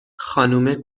خانومه